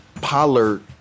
Pollard